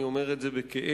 אני אומר את זה בכאב,